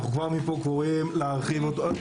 אנחנו כבר מפה קוראים להרחיב אותו.